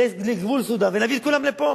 לגבול סודן ונביא את כולם לפה.